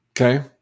Okay